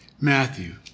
Matthew